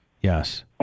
Yes